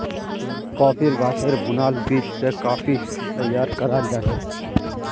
कॉफ़ीर गाछेर भुनाल बीज स कॉफ़ी तैयार कराल जाछेक